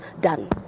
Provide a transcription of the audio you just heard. done